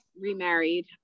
remarried